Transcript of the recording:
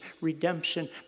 redemption